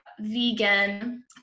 vegan